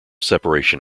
separation